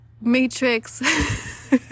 matrix